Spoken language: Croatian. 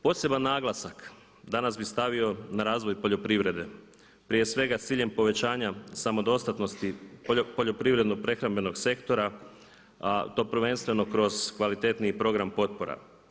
Poseban naglasak danas bih stavio na razvoj poljoprivrede prije svega sa ciljem povećanja samodostatnosti poljoprivredno prehrambenog sektora, to prvenstveno kroz kvalitetniji program potpora.